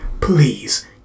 Please